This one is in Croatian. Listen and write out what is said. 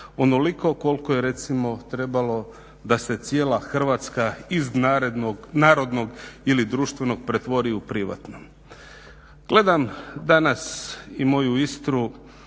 Onoliko koliko je recimo trebalo da se cijela Hrvatska iz narodnog ili društvenog pretvori u privatno. Gledam danas i moju Istru,